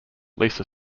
lisa